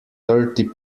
thirty